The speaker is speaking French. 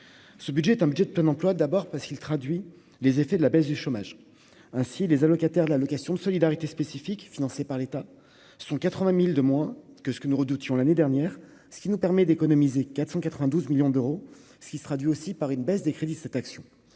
ce budget est un budget de plein emploi, d'abord parce qu'il traduit les effets de la baisse du chômage ainsi les allocataires de l'allocation de solidarité spécifique financée par l'État, ce sont 80000 de moins que ce que nous redoutions l'année dernière, ce qui nous permet d'économiser 492 millions d'euros, ce qui se traduit aussi par une baisse des crédits cette action,